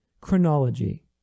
chronology